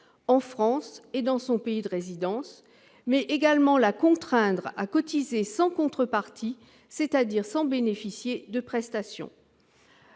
en France et dans son pays de résidence, mais également à cotiser sans contrepartie, c'est-à-dire sans bénéficier de prestations.